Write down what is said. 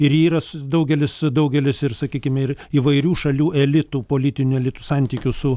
ir yra su daugelis daugelis ir sakykime ir įvairių šalių elitų politinių elitų santykių su